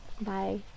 Bye